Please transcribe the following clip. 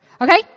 Okay